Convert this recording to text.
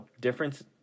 difference